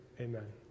amen